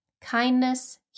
kindness